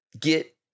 get